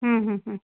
हम्म हम्म हम्म